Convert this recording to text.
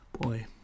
Boy